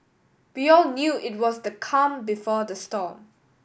we all knew it was the calm before the storm